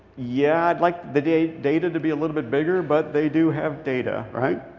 yeah, i'd like the data data to be a little bit bigger, but they do have data, right?